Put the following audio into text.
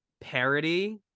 parody